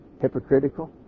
hypocritical